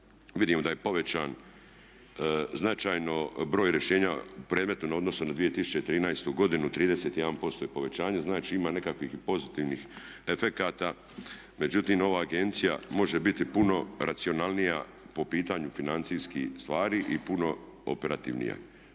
vidimo da je povećan značajno broj rješenja u predmetu u odnosu na 2013. godinu, 31% je povećanje, znači ima nekakvih i pozitivnih efekata. Međutim, ova agencija može biti puno racionalnija po pitanju financijskih stvari i puno operativnija.